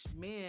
men